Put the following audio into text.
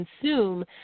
consume